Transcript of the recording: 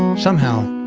somehow,